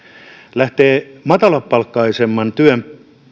lähtee matalapalkkaisemman työn